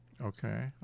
Okay